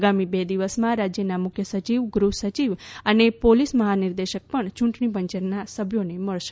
આગામી બે દિવસમાં રાજ્યના મુખ્ય સચિવ ગૃહ સચિવ અને પોલીસ મહાનિર્દેશક પણ ચૂંટણી પંચના સભ્યોને મળશે